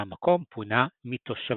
והמקום פונה מתושביו.